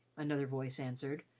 another voice answered,